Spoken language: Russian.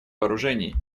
вооружений